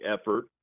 effort